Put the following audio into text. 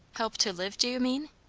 help to live, do you mean?